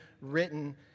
written